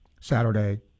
Saturday